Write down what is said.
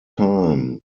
time